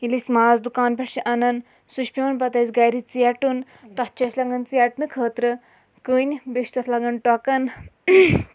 ییٚلہِ أسۍ ماز دُکان پٮ۪ٹھ چھِ اَنان سُہ چھُ پٮ۪وان پَتہٕ اَسہِ گَرِ ژیٹُن تَتھ چھِ اَسہِ لَگان ژیٹنہٕ خٲطرٕ کٕنۍ بیٚیہِ چھِ تَتھ لَگان ٹۄکَن